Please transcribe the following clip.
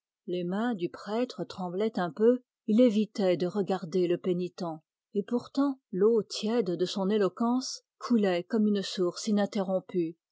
les mains du prêtre tremblaient un peu il évitait de regarder le pénitent et pourtant l'eau tiède de son éloquence coulait comme une source ininterrompue